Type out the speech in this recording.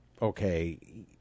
Okay